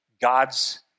God's